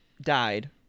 died